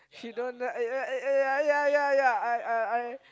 she don't uh eh uh ya ya ya ya I I I